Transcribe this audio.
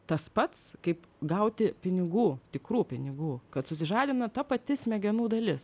tas pats kaip gauti pinigų tikrų pinigų kad susižadina ta pati smegenų dalis